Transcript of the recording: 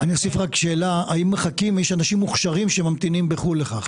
האם יש אנשים מוכשרים שממתינים בחו"ל לכך?